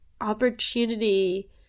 opportunity